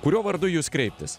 kurio vardu į jus kreiptis